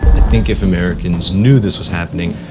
think if americans knew this was happening,